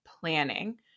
planning